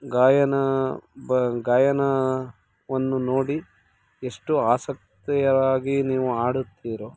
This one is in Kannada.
ಗಾಯನ ಗಾಯನವನ್ನು ನೋಡಿ ಎಷ್ಟು ಆಸಕ್ತಿಯಾಗಿ ನೀವು ಆಡುತ್ತಿರೋ